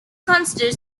considered